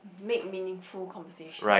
make meaningful conversation